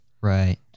Right